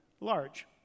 large